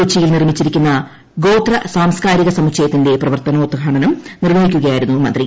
കൊച്ചിയിൽ നിർമ്മിച്ചിരിക്കുന്ന ഗോത്ര സാംസ്കാരിക സമുച്ചയത്തിന്റെ പ്രവർത്തനോദ്ഘാടനം നിർവ്വഹിക്കുകയായിരുന്നു മന്ത്രി